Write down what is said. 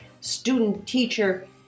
student-teacher